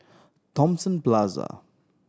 Thomson Plaza